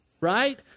right